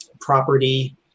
property